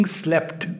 slept